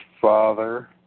father